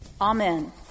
Amen